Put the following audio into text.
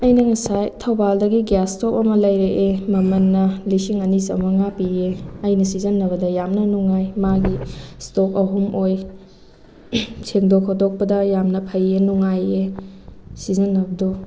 ꯑꯩꯅ ꯉꯁꯥꯏ ꯊꯧꯕꯥꯜꯗꯒꯤ ꯒ꯭ꯌꯥꯁ ꯏꯁꯇꯣꯕ ꯑꯃ ꯂꯩꯔꯛꯏ ꯃꯃꯜꯅ ꯂꯤꯁꯤꯡ ꯑꯅꯤ ꯆꯥꯝꯃꯉꯥ ꯄꯤꯌꯦ ꯑꯩꯅ ꯁꯤꯖꯟꯅꯕꯗ ꯌꯥꯝꯅ ꯅꯨꯡꯉꯥꯏ ꯃꯥꯒꯤ ꯏꯁꯇꯣꯕ ꯑꯍꯨꯝ ꯑꯣꯏ ꯁꯦꯡꯗꯣꯛ ꯈꯣꯇꯣꯛꯄꯗ ꯌꯥꯝꯅ ꯐꯩꯌꯦ ꯅꯨꯡꯉꯥꯏꯌꯦ ꯁꯤꯖꯤꯟꯅꯕꯗꯣ